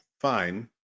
Fine